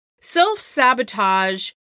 Self-sabotage